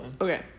Okay